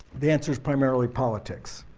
the answer is primarily politics.